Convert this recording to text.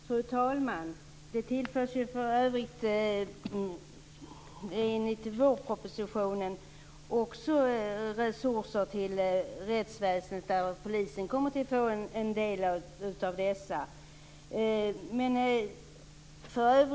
Fru talman! Det tillförs ju för övrigt enligt vårpropositionen också resurser till rättsväsendet, och polisen kommer att få en del av dessa.